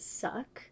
suck